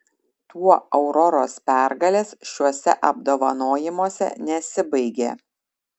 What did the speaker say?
tuo auroros pergalės šiuose apdovanojimuose nesibaigė